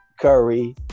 Curry